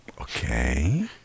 Okay